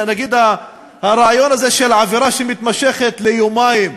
נגיד הרעיון הזה של עבירה שמתמשכת ליומיים,